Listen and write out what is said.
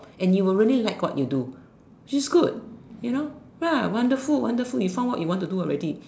and you will really like what you do which is good you know ya wonderful wonderful you found what you want to do already